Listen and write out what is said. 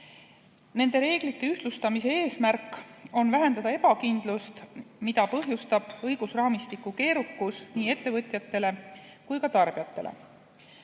Nende reeglite ühtlustamise eesmärk on vähendada ebakindlust, mida põhjustab õigusraamistiku keerukus nii ettevõtjatele kui ka tarbijatele.